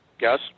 Yes